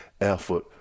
effort